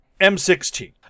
M16